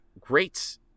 great